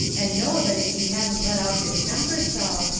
and know that if he hadn't let out his temper so,